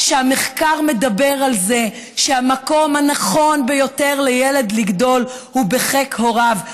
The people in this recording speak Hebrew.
והמחקר מדבר על זה שהמקום הנכון ביותר לילד לגדול בו הוא בחיק הוריו.